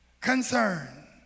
concern